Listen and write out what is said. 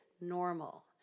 normal